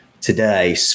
today